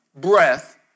breath